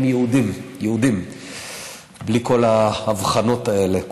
הם יהודים, בלי כל ההבחנות האלה.